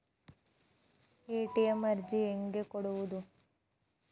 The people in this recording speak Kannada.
ಎ.ಟಿ.ಎಂ ಅರ್ಜಿ ಹೆಂಗೆ ಕೊಡುವುದು?